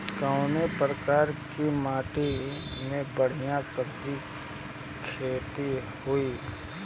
कवने प्रकार की माटी में बढ़िया सब्जी खेती हुई?